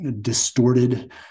distorted